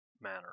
manner